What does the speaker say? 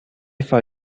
for